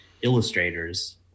illustrators